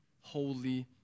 holy